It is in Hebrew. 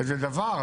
איזה דבר,